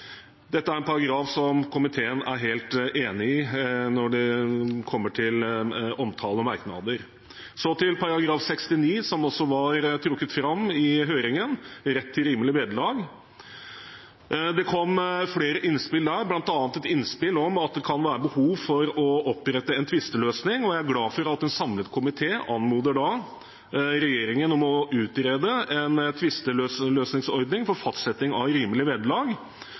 Dette er en paragraf som komiteen er helt enig i når det kommer til omtale og merknader. Så har vi § 69, som også var trukket fram i høringen, rett til rimelig vederlag. Det kom flere innspill til dette, bl.a. et innspill om at det kan være behov for å opprette en tvisteløsning. Jeg er glad for at en samlet komité anmoder regjeringen om å utrede en tvisteløsningsordning for fastsetting av rimelig